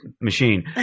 machine